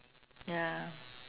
ya